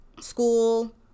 school